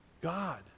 God